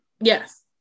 Yes